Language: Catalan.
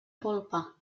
polpa